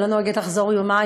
אני לא נוהגת לחזור יומיים,